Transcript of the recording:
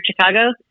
Chicago